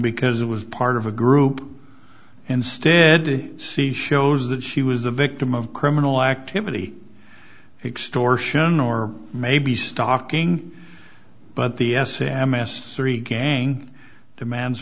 because it was part of a group instead to see shows that she was the victim of criminal activity extortion or maybe stocking but the s m s three gang demands